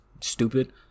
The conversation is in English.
stupid